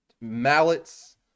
mallets